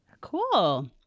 Cool